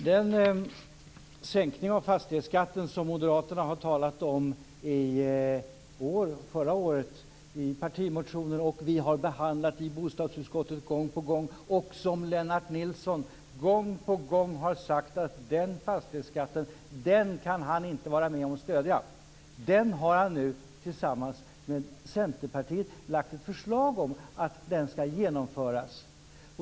Herr talman! Moderaterna har talat om en sänkning av fastighetsskatten i år och förra året i partimotioner. Vi har behandlat detta i bostadsutskottet gång på gång, och Lennart Nilsson har gång på gång har sagt att den fastighetsskatten kan han inte vara med och stödja. Nu har han tillsammans med Centerpartiet lagt fram ett förslag om att den skall genomföras.